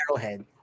Arrowhead